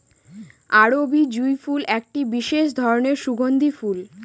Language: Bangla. আরবি জুঁই ফুল একটি বিশেষ ধরনের সুগন্ধি ফুল